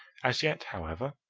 as yet, however,